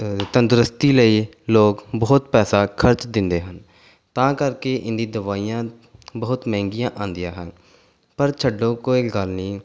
ਤੰਦਰੁਸਤੀ ਲਈ ਲੋਕ ਬਹੁਤ ਪੈਸਾ ਖਰਚ ਦਿੰਦੇ ਹਨ ਤਾਂ ਕਰਕੇ ਇਹਨਾਂ ਦੀ ਦਵਾਈਆਂ ਬਹੁਤ ਮਹਿੰਗੀਆਂ ਆਉਂਦੀਆਂ ਹਨ ਪਰ ਛੱਡੋ ਕੋਈ ਗੱਲ ਨਹੀਂ